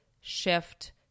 shift